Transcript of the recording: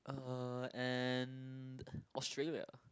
uh and Australia